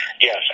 Yes